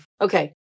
Okay